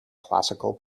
classical